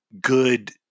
good